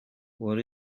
what